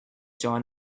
john